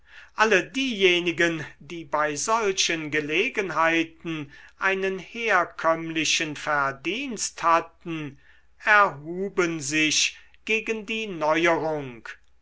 alle diejenigen die bei solchen gelegenheiten einen herkömmlichen verdienst hatten erhuben sich gegen die neuerung